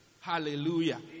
Hallelujah